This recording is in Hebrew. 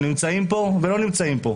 הם נמצאים פה ולא נמצאים פה,